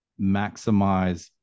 maximize